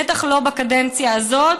בטח לא בקדנציה הזאת.